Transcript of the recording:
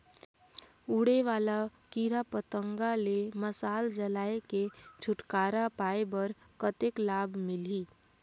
उड़े वाला कीरा पतंगा ले मशाल जलाय के छुटकारा पाय बर कतेक लाभ मिलही?